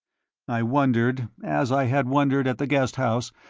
i wondered, as i had wondered at the guest house,